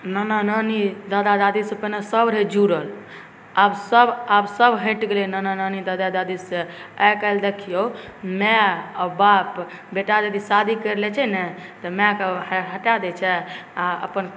नाना नानी दादा दादीसँ पहिने सब रहै जुड़ल आब सब हटि गेलै हँ नाना नानी दादा दादीसँ आइकाल्हि देखिऔ माइ आओर बाप बेटा यदि शादी करि लै छै ने तऽ माइ बाप ओकरा हटा दै छै आओर अपन